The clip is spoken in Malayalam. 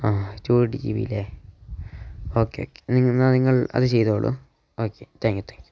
ആ ടു എയ്റ്റി ജി ബി അല്ലേ ഓക്കെ എന്നാൽ നിങ്ങൾ അത് ചെയ്തോളൂ okay thank you thank U